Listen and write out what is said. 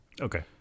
Okay